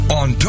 on